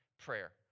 prayer